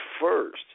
first